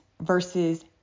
versus